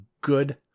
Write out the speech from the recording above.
good